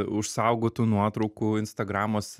užsaugotų nuotraukų instagramuose